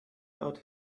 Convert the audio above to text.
out